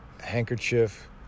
handkerchief